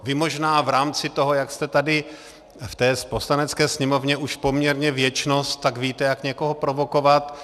Vy možná v rámci toho, jak jste tady v té Poslanecké sněmovně už poměrně věčnost, tak víte, jak někoho provokovat.